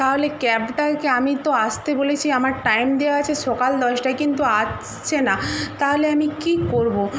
তাহলে ক্যাবটাকে আমি তো আসতে বলেছি আমার টাইম দেওয়া আছে সকাল দশটায় কিন্তু আসছে না তাহলে আমি কী করব